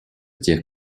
тех